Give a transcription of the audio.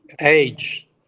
age